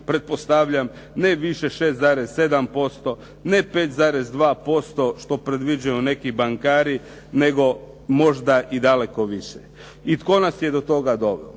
pretpostavljam, ne više 6,7%, ne 5,2% što predviđaju neki bankari, nego možda i daleko više. I tko nas je do toga doveo?